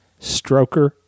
Stroker